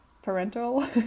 parental